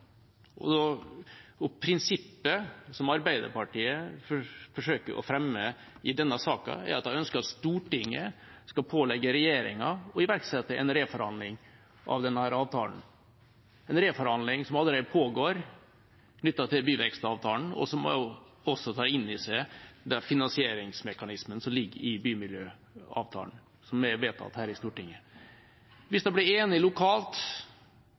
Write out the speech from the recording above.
Og prinsippet som Arbeiderpartiet forsøker å fremme i denne saken, er at de ønsker at Stortinget skal pålegge regjeringa å iverksette en reforhandling av denne avtalen, en reforhandling som allerede pågår, knyttet til byvekstavtalen, og som også tar inn i seg de finansieringsmekanismene som ligger i bymiljøavtalen, som er vedtatt her i Stortinget. Hvis de blir enige lokalt